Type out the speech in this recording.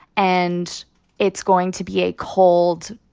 and it's going to be a cold,